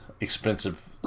expensive